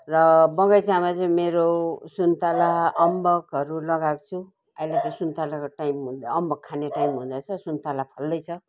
र बगैँचामा चाहिँ मेरो सुन्ताला अम्बकहरू लगाएको छु अहिले चाहिँ सुन्तलाको टाइम अम्बक खाने टाइम हुँदैछ सुन्तला फल्दैछ